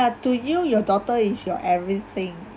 up to you your daughter is your everything